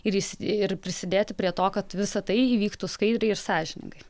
ir jis ir prisidėti prie to kad visa tai įvyktų skaidriai ir sąžiningai